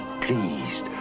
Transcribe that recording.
pleased